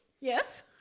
Yes